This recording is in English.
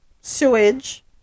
Sewage